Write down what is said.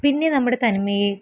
പിന്നെ നമ്മുടെ തനിമയെ